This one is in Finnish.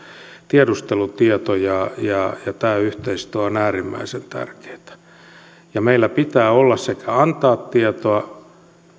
tiedustelutieto ja ja tämä yhteistyö on äärimmäisen tärkeää ja meidän pitää sekä antaa tietoa